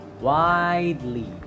widely